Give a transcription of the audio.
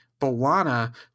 bolana